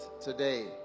today